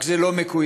רק שזה לא מקוים.